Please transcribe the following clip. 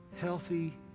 healthy